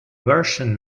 version